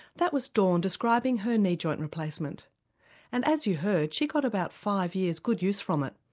that was dawn describing her knee joint replacement and as you heard she got about five years good use from it.